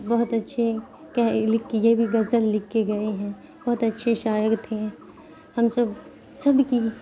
بہت اچھے کہہ لکھ کے یہ بھی غزل لکھ کے گئے ہیں بہت اچھے شاعر تھے ہم سب سب کی